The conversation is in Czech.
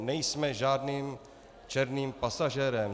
Nejsme žádným černým pasažérem.